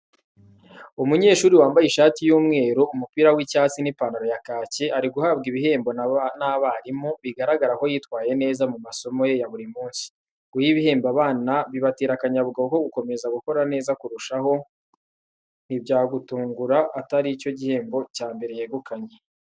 Umunyeshuri wambaye ishati y'umweru, umupira w'icyatsi n'ipantaro ya kaki, ari guhabwa ibihembo n'abarimu, biragaragara ko yitwaye neza mu masomo ye ya buri munsi. Guha ibihembo abana bibatera akanyabugabo ko gukomeza gukora neza kurushaho, ntibyagutungura atari cyo gihembo cya mbere yegukanye.